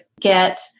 get